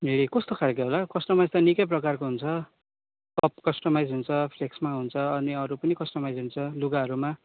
ए कस्तो खालको होला कस्टमाइज त निकै प्रकारको हुन्छ प्रप कस्टमाइज हुन्छ फ्लेक्समा हुन्छ अनि अरू पनि कस्टमाइज हुन्छ लुगाहरूमा